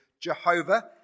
Jehovah